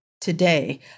today